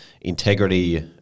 Integrity